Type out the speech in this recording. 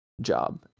job